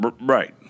Right